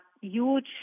huge